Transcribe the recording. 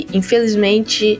infelizmente